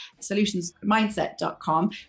solutionsmindset.com